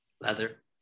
leather